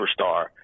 superstar